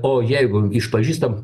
o jeigu išpažįstam